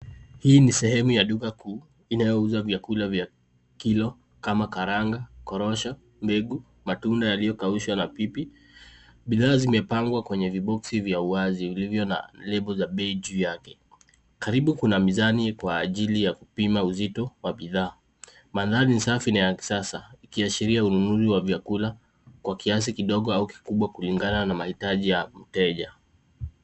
Hii ni sehemu ya duka kuu inayouza vyakula vya kilo kama karanga, korosho, mbegu, matunda yaliyokaushwa na pipi. Bidhaa zimepangwa kwenye viboksi vya uwazi vilivyo na lebo za bei juu yake. Karibu kuna mizani kwa ajili ya kupima uzito wa bidhaa. Mandhari ni safi na ya kisasa ikiashiria ununuzi wa vyakula kwa kiasi kidogo au kikubwa kulingana na mahitaji ya mteja.